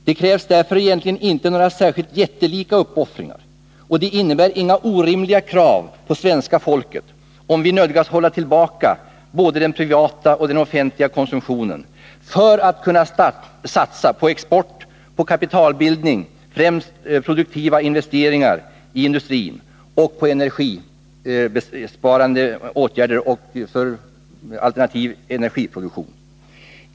Det krävs därför egentligen inte några särskilt jättelika uppoffringar och det innebär inga orimliga krav på svenska folket, om vi nödgas hålla tillbaka både den privata och den offentliga konsumtionen för att kunna satsa på export, på kapitalbildning — främst produktiva investeringar i industrin — samt på energisparande åtgärder och alternativ energiproduktion.